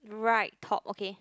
right talk okay